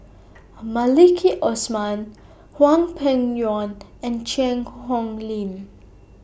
Maliki Osman Hwang Peng Yuan and Cheang Hong Lim